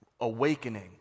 awakening